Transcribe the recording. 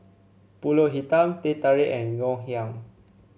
pulut hitam Teh Tarik and Ngoh Hiang